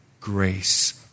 grace